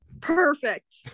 Perfect